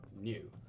new